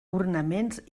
ornaments